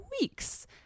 weeks